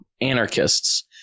anarchists